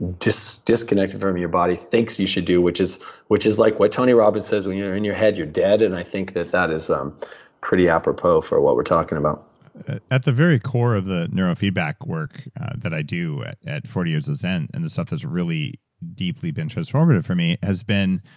just disconnected from your body, thinks you should do, which is which is like what tony robbins says, when you're in your head, you're dead. and i think that that is um pretty apropos for what we're talking about at the very core of the neurofeedback work that i do at at forty years of zen, and the stuff that's really deeply been transformative for me, has been